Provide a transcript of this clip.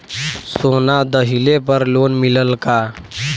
सोना दहिले पर लोन मिलल का?